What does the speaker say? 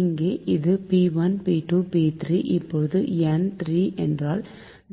இங்கே இது P1 P2 P3 இப்போது n 3 என்றால்